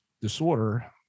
disorder